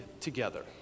together